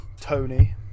Tony